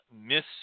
Miss